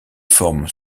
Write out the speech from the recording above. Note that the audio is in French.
forment